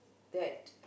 that